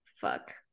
fuck